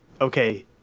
okay